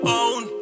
own